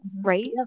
right